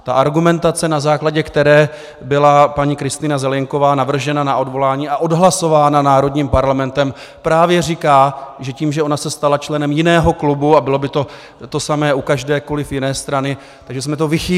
Ta argumentace, na základě které byla paní Kristýna Zelienková navržena na odvolání a odhlasována národním parlamentem, právě říká, že tím, že ona se stala členem jiného klubu a bylo by to to samé u kterékoli jiné strany že jsme to vychýlili.